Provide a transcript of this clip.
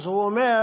אז הוא אומר: